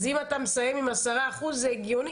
אז אם אתה מסיים עם 10% זה הגיוני.